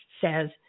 says